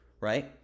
right